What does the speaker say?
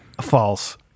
False